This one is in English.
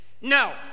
No